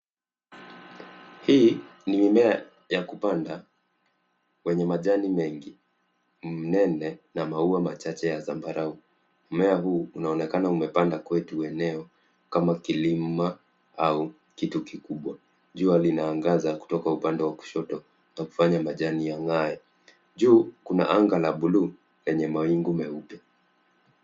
Hii ni mimea ya kupanda yenye majani mengi, mnene na maua machache ya zambarau. Mmea huu unaonekana umepandwa kwenye eneo kama kilima au kitu kikubwa. Jua linaangaza kutoka upande wa kushoto na kufanya majani yang'ae. Juu kuna anga la buluu lenye mawingu meupe.